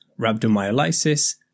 rhabdomyolysis